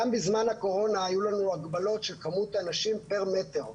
גם בזמן הקורונה היו לנו הגבלות של כמות אנשים פר מטר.